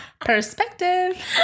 Perspective